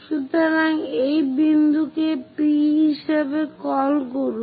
সুতরাং এই বিন্দুকে P হিসাবে কল করুন